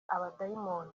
abadayimoni